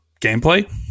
gameplay